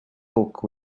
book